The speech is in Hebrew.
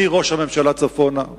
מראש הממשלה צפונה,